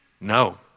No